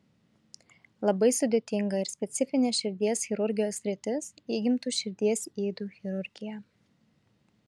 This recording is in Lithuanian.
labai sudėtinga ir specifinė širdies chirurgijos sritis įgimtų širdies ydų chirurgija